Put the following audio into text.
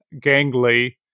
gangly